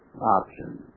option